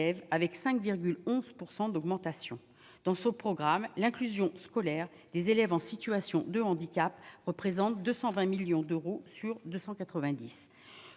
avec 5,11 pourcent d'augmentation dans son programme l'inclusion scolaire des élèves en situation de handicap représente 220 millions d'euros sur 290